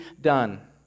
done